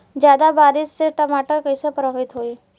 ज्यादा बारिस से टमाटर कइसे प्रभावित होयी?